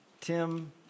Tim